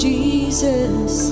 Jesus